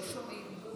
שומעים.